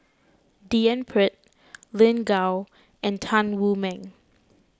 D N Pritt Lin Gao and Tan Wu Meng